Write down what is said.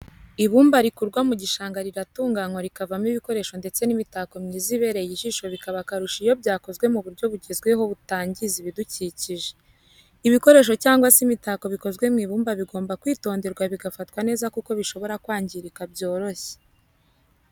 Ibumba rikurwa mu gishanga riratunganywa rikavamo ibikoresho ndetse n'imitako myiza ibereye ijisho bikaba akarusho iyo byakozwe mu buryo bugezweho butangiza ibidukikije. ibikoresho cyangwa se imitako bikozwe mu ibumba bigomba kwitonderwa bigafatwa neza kuko bishobora kwangirika byoroshye.